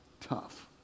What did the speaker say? tough